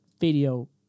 video